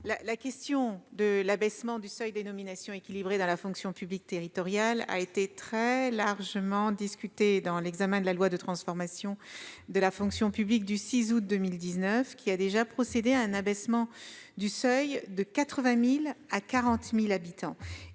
La question de l'abaissement du seuil des nominations équilibrées dans la fonction publique territoriale a été très largement discutée lors de l'examen de la loi de transformation de la fonction publique du 6 août 2019, qui a déjà prévu un abaissement du seuil de 80 000 à 40 000 habitants.